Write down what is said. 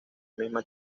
misma